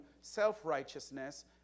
self-righteousness